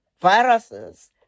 viruses